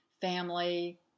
family